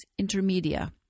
intermedia